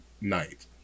night